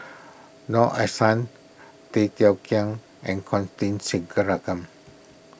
Noor Aishah Tay Teow Kiat and Constance